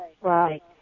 right